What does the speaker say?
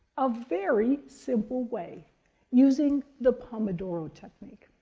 a very simple way using the pomodoro technique.